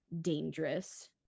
dangerous